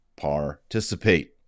Participate